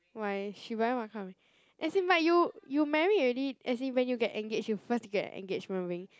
why she buying what kind of as in but you you married already as in when you get engaged you first get an engagement ring